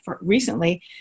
recently